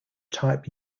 type